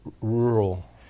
rural